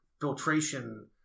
filtration